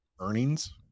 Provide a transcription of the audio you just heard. earnings